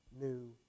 new